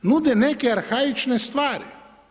Nude neke arhaične stvari.